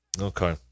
Okay